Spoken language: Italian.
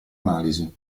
analisi